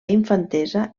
infantesa